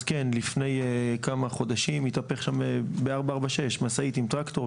אז כן לפני כמה חודשים התהפך בכביש 446 משאית עם טרקטור,